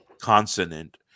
consonant